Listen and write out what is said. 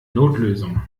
notlösung